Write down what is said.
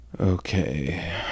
Okay